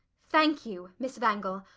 thank you, miss wangel,